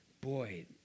boy